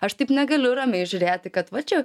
aš taip negaliu ramiai žiūrėti kad va čia